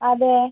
അതെ